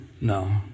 No